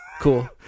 Cool